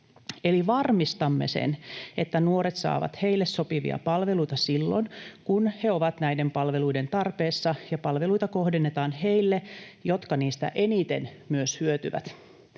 Eli varmistamme sen, että nuoret saavat heille sopivia palveluita silloin, kun he ovat näiden palveluiden tarpeessa, ja palveluita kohdennetaan heille, jotka niistä eniten myös hyötyvät.